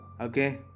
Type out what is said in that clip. okay